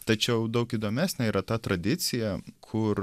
tačiau daug įdomesnė yra ta tradicija kur